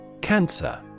Cancer